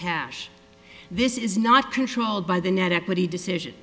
cash this is not controlled by the net equity decision